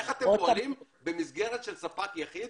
איך אתם פועלים במסגרת של ספק יחיד